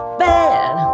bad